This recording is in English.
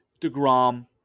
DeGrom